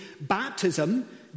Baptism